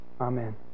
Amen